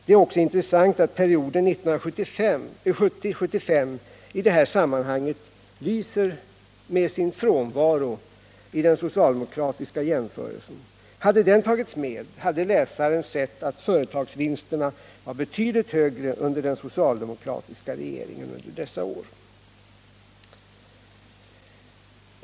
Det är också intressant att perioden 1970-1975 i detta sammanhang lyser med sin frånvaro i den socialdemokratiska jämförelsen. Hade den tagits med hade läsaren sett att företagsvinsterna var betydligt högre under den socialdemokratiska regeringen dessa år.